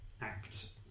Act